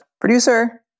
producer